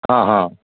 हँ हँ